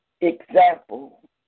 Example